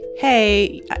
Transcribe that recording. hey